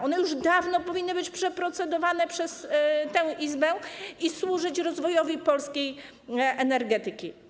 One już dawno powinny być przeprocedowane przez Izbę i służyć rozwojowi polskiej energetyki.